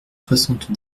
soixante